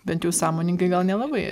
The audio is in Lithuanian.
bent jau sąmoningai gal nelabai